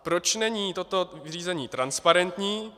Proč není toto řízení transparentní?